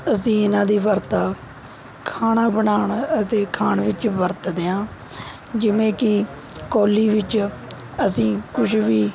ਅਸੀਂ ਇਹਨਾਂ ਦੀ ਵਰਤਾ ਖਾਣਾ ਬਣਾਉਣ ਅਤੇ ਖਾਣ ਵਿੱਚ ਵਰਤਦੇ ਹਾਂ ਜਿਵੇਂ ਕਿ ਕੌਲੀ ਵਿੱਚ ਅਸੀਂ ਕੁਛ ਵੀ